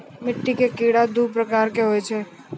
मिट्टी के कीड़ा दू प्रकार के होय छै